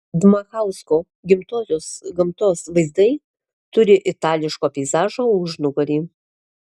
dmachausko gimtosios gamtos vaizdai turi itališko peizažo užnugarį